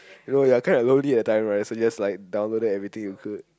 no you're kinda lonely at that time right so just like download everything that you could